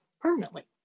permanently